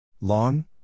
Long